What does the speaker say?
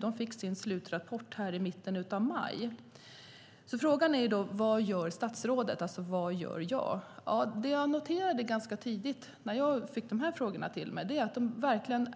De fick sin slutrapport i mitten av maj. Frågan är vad statsrådet gör, alltså vad jag gör. Ja, ganska tidigt när de här frågorna kom till mig noterade